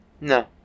No